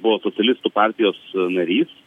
buvo socialistų partijos narys